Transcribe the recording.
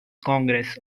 congress